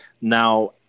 now